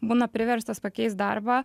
būna priverstas pakeist darbą